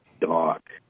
dark